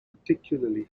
particularly